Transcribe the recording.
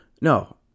No